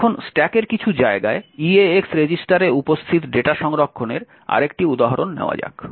এখন স্ট্যাকের কিছু জায়গায় eax রেজিস্টারে উপস্থিত ডেটা সংরক্ষণের আরেকটি উদাহরণ নেওয়া যাক